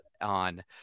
on